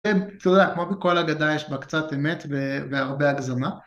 כן, כמו בכל אגדה יש בה קצת אמת והרבה הגזמה